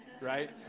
right